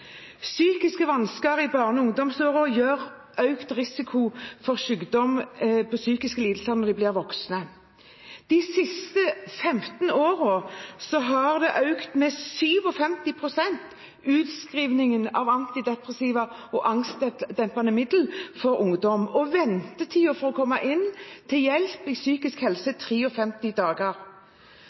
Psykiske vansker i barne- og ungdomsårene gir økt risiko for psykiske lidelser i voksen alder. De siste 15 årene har utskrivningen av antidepressiva og angstdempende midler for ungdom økt med 57 pst., og ventetiden for å komme inn til psykisk helsehjelp er 53 dager.